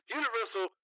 universal